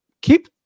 keep